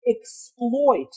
exploit